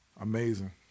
Amazing